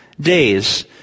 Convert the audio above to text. days